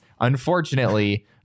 unfortunately